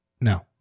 No